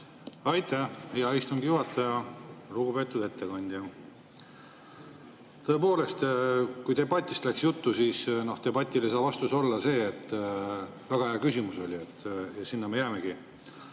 Aitäh, hea istungi juhataja! Lugupeetud ettekandja! Tõepoolest, kui jutt läks debatile, siis debatil ei saa vastus olla see, et väga hea küsimus oli, ja sinna me jäämegi.